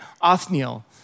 Othniel